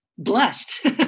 blessed